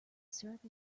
syrup